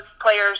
players